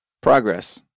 Progress